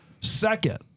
Second